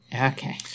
Okay